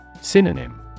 Synonym